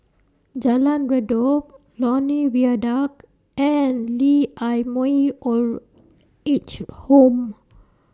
Jalan Redop Lornie Viaduct and Lee Ah Mooi Old Age Home